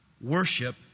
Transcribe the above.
Worship